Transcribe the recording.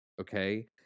okay